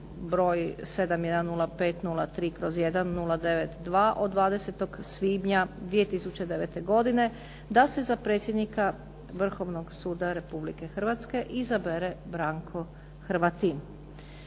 broj 7105-03/1-09-2 od 20. svibnja 2009. godine da se za predsjednika Vrhovnog suda Republike Hrvatske izabere Branko Hrvatin.